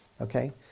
Okay